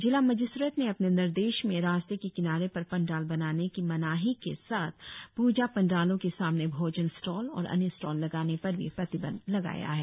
जिला मजिस्ट्रेट ने अपने निर्देश में रास्ते के किनारे पर पंडाल बनाने की मनाही के साथ पूजा पंडालों के सामने भोजन स्टॉल और अन्य स्टॉल लगाने पर भी प्रतिबंध लगाया है